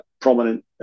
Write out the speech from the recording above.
prominent